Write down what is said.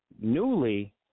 newly